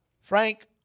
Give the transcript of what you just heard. Frank